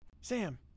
Sam